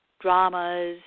dramas